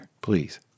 please